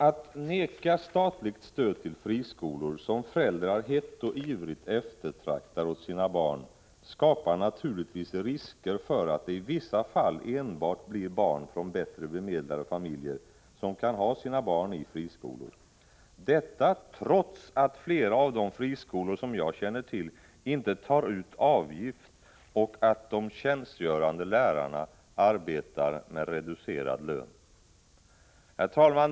Att neka statligt stöd till friskolor, som föräldrar hett och ivrigt eftertraktar åt sina barn, skapar naturligtvis risker för att det i vissa fall enbart blir bättre bemedlade familjer som kan ha sina barn i friskolor, detta trots att flera av de friskolor som jag känner till inte tar ut någon avgift och att de tjänstgörande lärarna arbetar med reducerad lön. Herr talman!